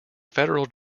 federal